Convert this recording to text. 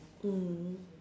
mm